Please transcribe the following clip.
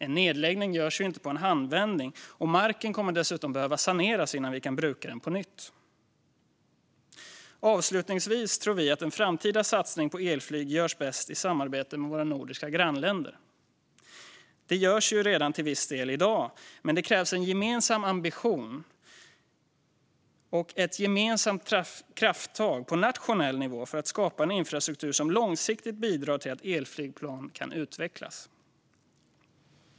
En nedläggning görs inte i en handvändning, och marken kommer dessutom att behöva saneras innan den kan brukas på nytt. Avslutningsvis tror vi att en framtida satsning på elflyg görs bäst i samarbete med våra nordiska grannländer. Det görs redan till viss del i dag, men det krävs en gemensam ambition och ett gemensamt krafttag på nationell nivå för att skapa en infrastruktur som långsiktigt bidrar till att elflygplan kan utvecklas.